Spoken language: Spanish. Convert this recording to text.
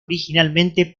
originalmente